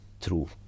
true